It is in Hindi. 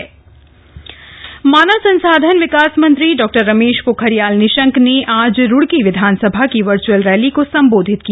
वर्चअल रैली निशंक मानव संसाधन विकास मंत्री डॉ रमेश पोखरियाल निशंक ने आज रुइकी विधानसभा की वर्च्अल रैली को संबोधित किया